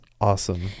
awesome